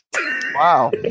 Wow